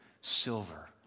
silver